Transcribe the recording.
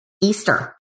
Easter